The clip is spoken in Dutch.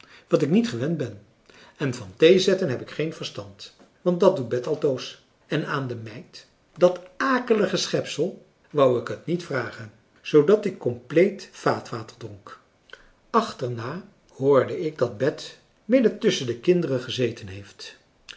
wat ik niet gewend ben en van thee zetten heb ik geen verstand want dat doet bet altoos en aan de meid dat akelige schepsel wou ik het niet vragen zoodat ik compleet vaatwater dronk achterna hoorde ik dat françois haverschmidt familie en kennissen bet midden tusschen de kinderen gezeten heeft